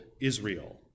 Israel